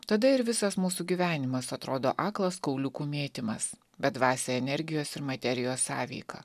tada ir visas mūsų gyvenimas atrodo aklas kauliukų mėtymas bedvasė energijos ir materijos sąveika